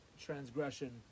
transgression